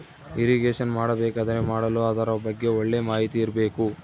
irrigation ಮಾಡಬೇಕಾದರೆ ಮಾಡಲು ಅದರ ಬಗ್ಗೆ ಒಳ್ಳೆ ಮಾಹಿತಿ ಇರ್ಬೇಕು